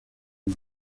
uno